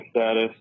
status